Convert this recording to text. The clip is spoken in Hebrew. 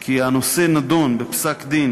כי הנושא נדון בפסק-דין